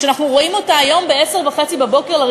כשאנחנו רואים אותה היום ב-10:30 לראשונה,